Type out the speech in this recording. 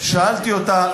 שאלתי אותה,